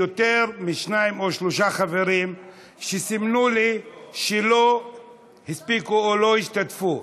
יותר משניים או שלושה חברים שסימנו לי שלא הספיקו או שלא השתתפו,